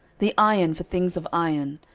the iron for things of iron,